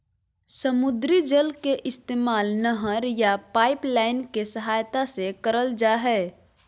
समुद्री जल के इस्तेमाल नहर या पाइपलाइन के सहायता से करल जा हय